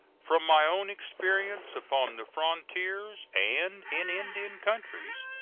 from my own experience upon the frontiers and in indian countries,